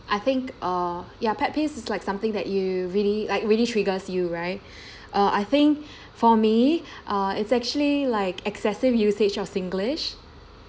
I think uh ya pet peeves is like something that you really like really triggers you right uh I think for me uh it's actually like excessive usage of singlish